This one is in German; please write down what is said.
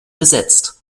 besetzt